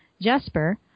Jesper